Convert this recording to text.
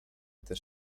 też